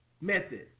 method